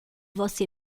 você